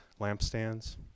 lampstands